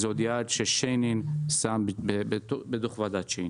זה יעד ששיינין שם בדוח הוועדה שלו.